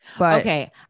Okay